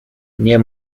nie